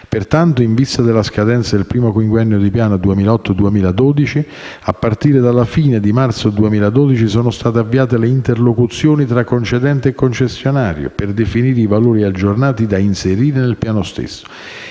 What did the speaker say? Pertanto, in vista della scadenza del primo quinquennio di piano 2008-2012, a partire dalla fine di marzo 2012 sono state avviate le interlocuzioni tra concedente e concessionario per definire i valori aggiornati da inserire nel piano stesso.